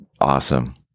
awesome